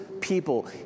people